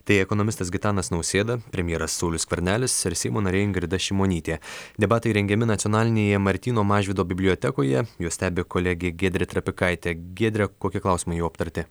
tai ekonomistas gitanas nausėda premjeras saulius skvernelis ir seimo narė ingrida šimonytė debatai rengiami nacionalinėje martyno mažvydo bibliotekoje juos stebi kolegė giedrė trapikaitė giedre kokie klausimai jau aptarti